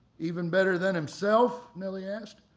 even better than himself? nelly asked.